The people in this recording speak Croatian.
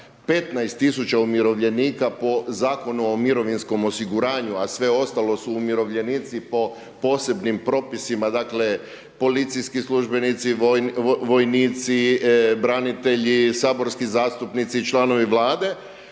tisuća umirovljenika po Zakonu o mirovinskom osiguranju a sve ostalo su umirovljenici po posebnim propisima, dakle policijski službenici, vojnici, branitelji, saborski zastupnici, članovi Vlade,